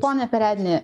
pone peredni